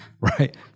right